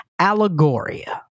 Allegoria